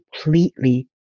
completely